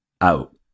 Out